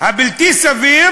הבלתי-סביר